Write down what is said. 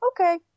okay